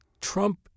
Trump